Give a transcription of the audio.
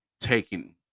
taking